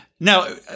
Now